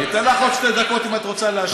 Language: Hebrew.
אני אתן לך עוד שתי דקות, אם את רוצה להשלים.